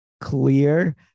clear